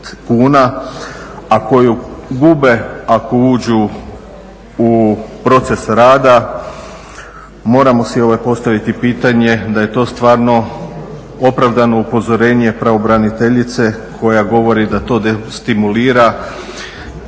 koju gube ako uđu u proces rada. Moramo si postaviti pitanje da je to stvarno opravdano upozorenje pravobraniteljice koja govori da to destimulira